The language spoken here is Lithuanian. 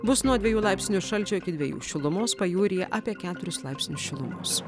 bus nuo dviejų laipsnių šalčio iki dviejų šilumos pajūryje apie keturis laipsnius šilumos